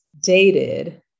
dated